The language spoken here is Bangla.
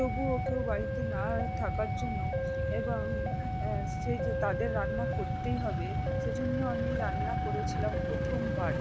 তবুও কেউ বাড়িতে না থাকার জন্য এবং সেই যে তাদের রান্না করতেই হবে সেই জন্য আমি রান্না করেছিলাম প্রথমবার